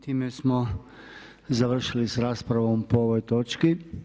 Time smo završili sa raspravom po ovoj točki.